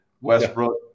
Westbrook